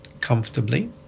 comfortably